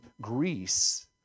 Greece